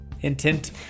intent